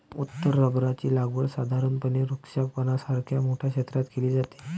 उत्तर रबराची लागवड साधारणपणे वृक्षारोपणासारख्या मोठ्या क्षेत्रात केली जाते